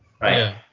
right